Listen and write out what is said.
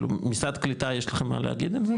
משרד קליטה יש לכם מה להגיד על זה?